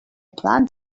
plan